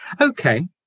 Okay